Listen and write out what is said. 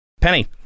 Penny